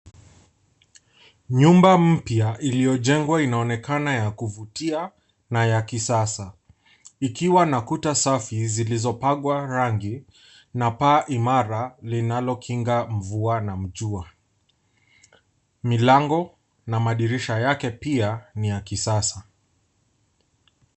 Nyumba mpya iliyojengwa inaonekana ya kuvutia na ya kisasa ikiwa na kuta safi zilizopakwa rangi, na paa imara linalokinga mvua na jua. Milango na madirisha yake pia ni ya kisasa.